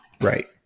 Right